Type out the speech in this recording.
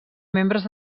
membres